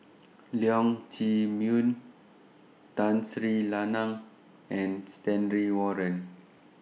Leong Chee Mun Tun Sri Lanang and Stanley Warren